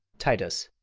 titus,